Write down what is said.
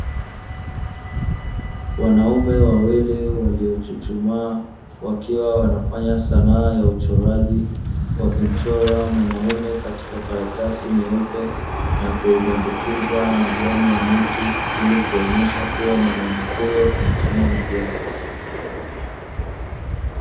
Wanaume wawili waliochuchumaa wakiwa wanafanya sanaa ya uchoraji, wakichora mwanaume katika karatasi nyeupe, na kuipandikiza majani ya miti ili kuonyesha kuwa mwanamume huyo anachukua majani.